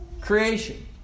creation